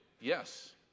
Yes